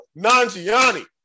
Nanjiani